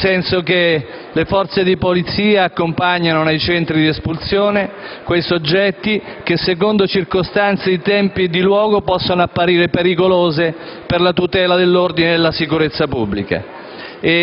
nel senso che le forze di polizia accompagnano nei centri di espulsione quei soggetti che, secondo circostanze di tempo e di luogo, possono apparire pericolose per la tutela dell'ordine e della sicurezza pubblica.